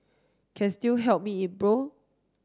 can still help me in pro